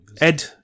Ed